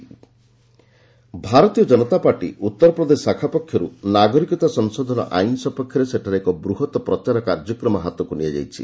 UP BJP CAA rally Bharatiya Janata party Uttar Pradesh ଶାଖା ପକ୍ଷର୍ ନାଗରିକତା ସଂଶୋଧନ ଆଇନ ସପକ୍ଷରେ ସେଠାରେ ଏକ ବୃହତ୍ ପ୍ରଚାର କାର୍ଯ୍ୟକ୍ରମ ହାତକୁ ନିଆଯାଇଛି